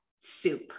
soup